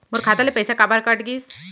मोर खाता ले पइसा काबर कट गिस?